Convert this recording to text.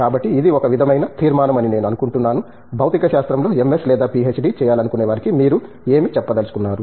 కాబట్టి ఇది ఒక విధమైన తీర్మానం అని నేను అనుకుంటున్నాను భౌతికశాస్త్రంలో ఎంఎస్ లేదా పిహెచ్డి డిగ్రీ చేయాలనుకునేవారికి మీరు ఏమి చెప్పదలచుకున్నారు